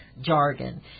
jargon